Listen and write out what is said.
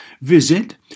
Visit